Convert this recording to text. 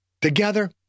Together